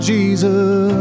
Jesus